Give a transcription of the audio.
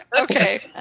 Okay